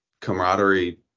camaraderie